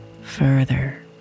further